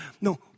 no